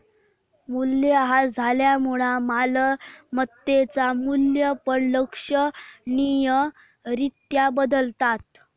मूल्यह्रास झाल्यामुळा मालमत्तेचा मू्ल्य पण लक्षणीय रित्या बदलता